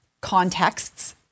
contexts